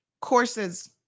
Courses